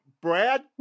Brad